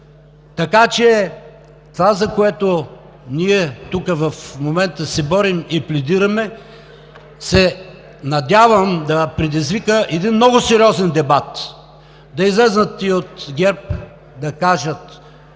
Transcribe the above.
Така че това, за което ние тук в момента се борим и пледираме, се надявам да предизвика един много сериозен дебат. Да излязат тези от ГЕРБ да кажат